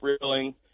reeling